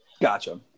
Gotcha